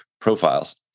profiles